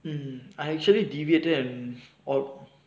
mmhmm I actually deviated then